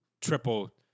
triple